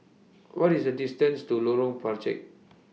What IS The distance to Lorong Penchalak